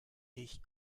ich